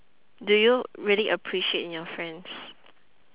do you really appreciate in your friends